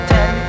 Ten